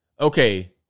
okay